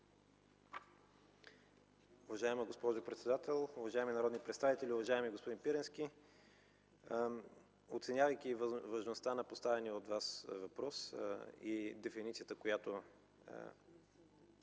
Уважаема госпожо председател, уважаеми народни представители, уважаеми господин Пирински! Оценявайки важността на поставения от Вас въпрос и дефиницията, която